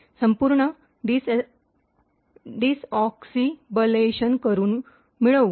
lst या कमांडद्वारे आपण एल्फि एक्झिक्युटेबलसाठी संपूर्ण डिसऑसॅबलेशन मिळवू